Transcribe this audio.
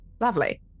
lovely